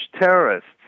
terrorists